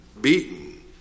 Beaten